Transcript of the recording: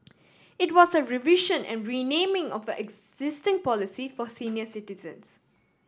it was a revision and renaming of existing policy for senior citizens